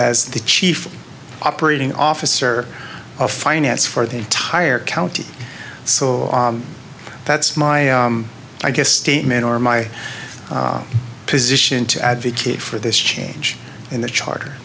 as the chief operating officer of finance for the entire county so that's my i guess statement or my position to advocate for this change in the charter